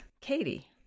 Katie